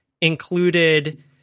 included